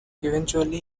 eventually